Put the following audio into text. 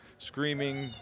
screaming